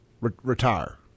retire